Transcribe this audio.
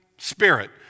spirit